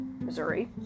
Missouri